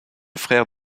frère